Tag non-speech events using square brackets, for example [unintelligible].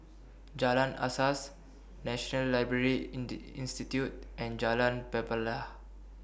Jalan Asas National Library [unintelligible] Institute and Jalan Pelepah